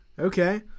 Okay